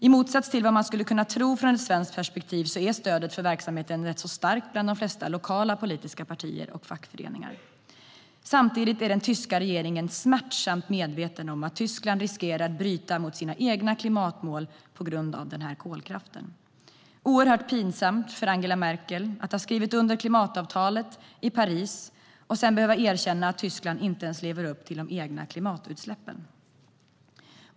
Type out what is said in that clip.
I motsats till vad man skulle kunna tro ur ett svenskt perspektiv är stödet för verksamheten rätt starkt bland de flesta lokala politiska partier och fackföreningar. Samtidigt är den tyska regeringen smärtsamt medveten om att Tyskland riskerar att bryta mot sina egna klimatmål på grund av kolkraften. Det är oerhört pinsamt för Angela Merkel att ha skrivit under klimatavtalet i Paris och sedan behöva erkänna att Tyskland inte ens lever upp till det som gäller för de egna klimatutsläppen.